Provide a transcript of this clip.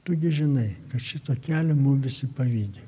tu gi žinai kad šito kelio mum visi pavydi